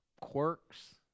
quirks